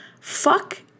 fuck